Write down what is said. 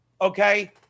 Okay